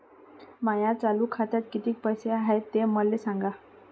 माया चालू खात्यात किती पैसे हाय ते मले सांगा